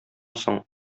соң